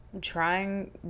trying